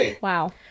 Wow